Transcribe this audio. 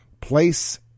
Place